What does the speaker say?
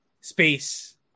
space